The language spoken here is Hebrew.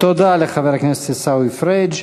תודה לחבר הכנסת עיסאווי פריג'.